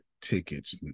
tickets